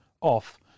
off